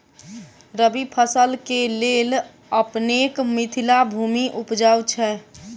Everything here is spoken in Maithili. रबी फसल केँ लेल अपनेक मिथिला भूमि उपजाउ छै